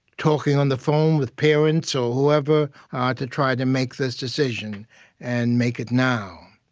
talking on the phone with parents or whoever to try to make this decision and make it now.